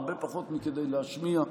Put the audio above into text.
הרבה פחות מכדי להשמיע.